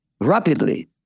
rapidly